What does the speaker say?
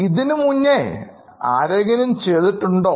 ഇതിനു മുന്നേ ആരെങ്കിലും ചെയ്തിട്ടുണ്ടോ